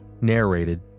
Narrated